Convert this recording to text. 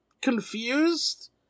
confused